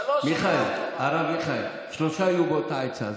ב-03:00, הרב מיכאל, שלושה היו באותה עצה.